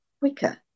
quicker